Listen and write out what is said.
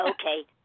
Okay